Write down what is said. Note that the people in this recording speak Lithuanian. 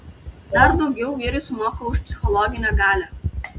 dar daugiau vyrai sumoka už psichologinę galią